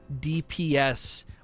DPS